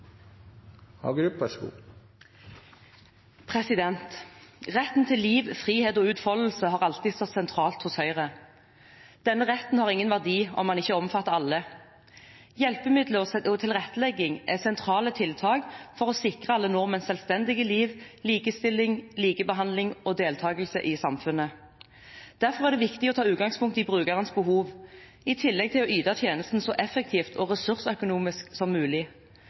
Retten til liv, frihet og utfoldelse har alltid stått sentralt hos Høyre. Denne retten har ingen verdi om den ikke omfatter alle. Hjelpemidler og tilrettelegging er sentrale tiltak for å sikre alle nordmenn selvstendige liv, likestilling, likebehandling og deltakelse i samfunnet. Derfor er det viktig å ta utgangspunkt i brukerens behov, i tillegg til å yte tjenesten så effektivt og ressursøkonomisk som mulig.